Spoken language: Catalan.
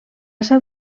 seu